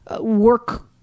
work